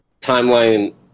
timeline